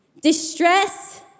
distress